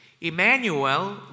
Emmanuel